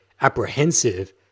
apprehensive